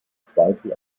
zweifel